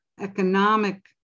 economic